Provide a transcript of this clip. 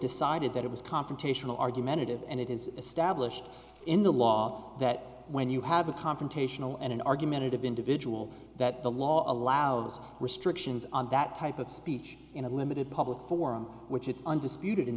decided that it was confrontational argumentative and it is established in the law that when you have a confrontational and an argumentative individual that the law allows restrictions on that type of speech in a limited public forum which is undisputed in